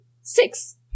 six